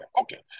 Okay